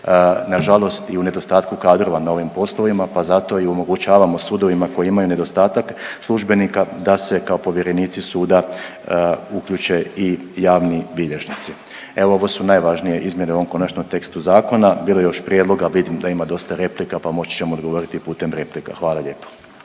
nažalost i u nedostatku kadrova na ovim poslovima, pa zato i omogućavamo sudovima koji imaju nedostatak službenika da se kao povjerenici suda uključe i javni bilježnici. Evo ovo su najvažnije izmjene u ovom konačnom tekstu zakona, bilo je još prijedloga, vidim da ima dosta replika, pa moći ćemo odgovoriti i putem replika, hvala lijepo.